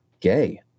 gay